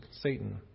Satan